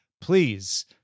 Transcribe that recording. Please